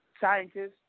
scientists